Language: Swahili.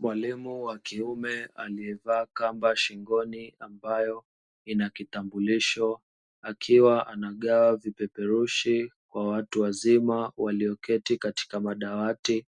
Mwalimu wa kiume aliyevaa kamba shingoni ambayo ina kitambulisho, akiwa anagawa vipeperushi kwa watu wazima walioketi katika madawati